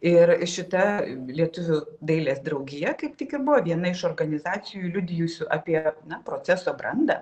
ir šita lietuvių dailės draugija kaip tik ir buvo viena iš organizacijų liudijusių apie proceso brandą